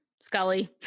Scully